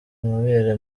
amabere